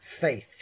faith